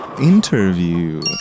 interview